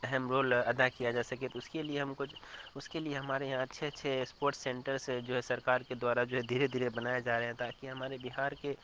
اہم رول ادا کیا جا سکے تو اس کے لیے ہم کچھ اس کے لیے ہمارے یہاں اچھے اچھے اسپورٹس سینٹرس جو ہے سرکار کے دوارا جو ہے دھیرے دھیرے بنائے جا رہے ہیں تاکہ ہمارے بہار کے